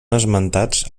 esmentats